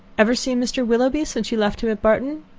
ever seen mr. willoughby since you left him at barton?